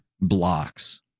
blocks